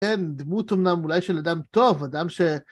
כן, דמות אמנם אולי של אדם טוב, אדם ש...